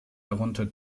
darunter